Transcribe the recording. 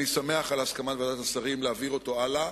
אני שמח על הסכמת ועדת השרים להעביר את החוק הלאה,